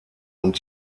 und